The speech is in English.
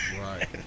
Right